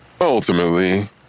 Ultimately